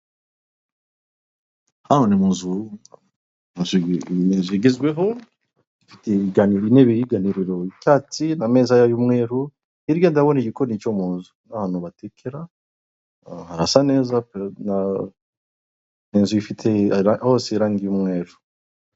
Hano ni muzu ninzu igezweho ,ifite ibiganiro n'ibihiganiriro itatsi n' ameza y'umweru hirya ndabona igikoni cyo mu nzu ahantu batekera harasa neza, inzu ifite hose irangi umwe.